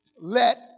Let